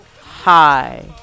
Hi